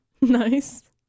Nice